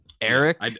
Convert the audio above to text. Eric